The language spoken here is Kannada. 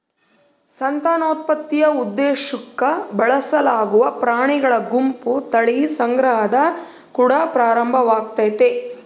ಸಂತಾನೋತ್ಪತ್ತಿಯ ಉದ್ದೇಶುಕ್ಕ ಬಳಸಲಾಗುವ ಪ್ರಾಣಿಗಳ ಗುಂಪು ತಳಿ ಸಂಗ್ರಹದ ಕುಡ ಪ್ರಾರಂಭವಾಗ್ತತೆ